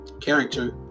character